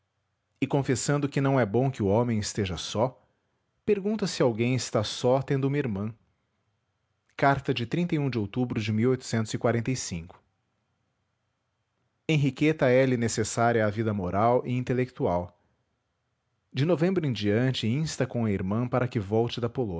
e confessando que não é bom que o homem esteja só pergunta se alguém está só tendo uma irmã carta de de outubro de enriqueta ele necessária à vida moral e intelectual de novembro em diante insta com a irmã para que volte da